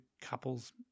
couples